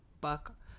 buck